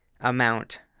amount